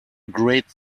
great